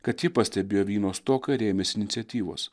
kad ji pastebėjo vyno stoką ir ėmės iniciatyvos